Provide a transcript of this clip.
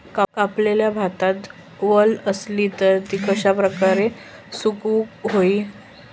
कापलेल्या भातात वल आसली तर ती कश्या प्रकारे सुकौक होई?